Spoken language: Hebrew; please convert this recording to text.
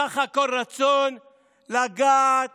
סך הכול רצון לגעת